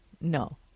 No